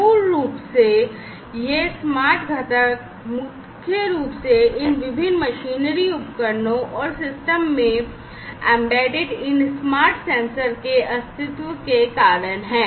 मूल रूप से यह स्मार्ट घटक मुख्य रूप से इन विभिन्न मशीनरी उपकरणों और सिस्टम में एम्बेडेड इन स्मार्ट सेंसर के अस्तित्व के कारण है